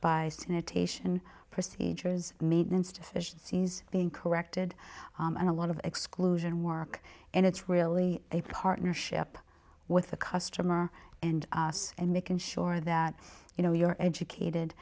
taishan procedures maintenance deficiencies being corrected and a lot of exclusion work and it's really a partnership with the customer and us and making sure that you know you're educated